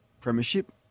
premiership